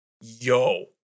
yo